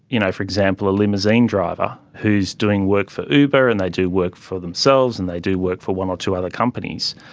you know for example, a limousine driver who is doing work for uber and they do work for themselves and they do work for one or two other companies,